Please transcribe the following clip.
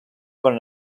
con